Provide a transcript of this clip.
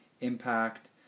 impact